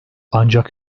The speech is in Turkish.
ancak